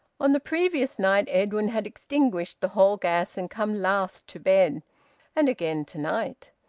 on the previous night edwin had extinguished the hall-gas and come last to bed and again to-night.